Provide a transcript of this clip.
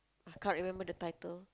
I can't remember the title